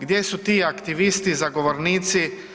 Gdje su ti aktivisti zagovornici?